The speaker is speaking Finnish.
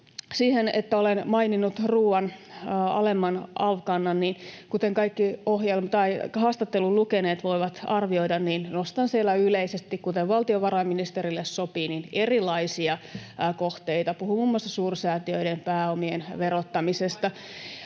siihen, että olen maininnut ruuan alemman alv-kannan, niin kuten kaikki haastattelun lukeneet voivat arvioida, nostan siellä yleisesti, kuten valtiovarainministerille sopii, erilaisia kohteita, puhun muun muassa suursäätiöiden pääomien verottamisesta.